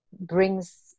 brings